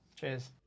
Cheers